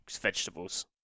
vegetables